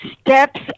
steps